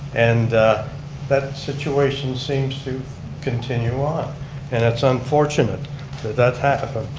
and that that situation seems to continue on and it's unfortunate that that happened.